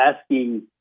asking